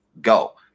go